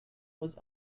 was